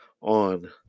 on